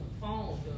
phone